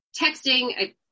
texting